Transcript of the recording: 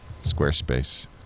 Squarespace